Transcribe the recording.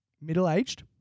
middle-aged